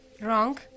Wrong